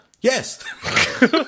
Yes